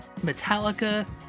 Metallica